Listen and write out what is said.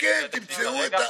תודה רבה.